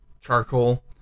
charcoal